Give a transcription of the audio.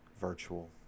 virtual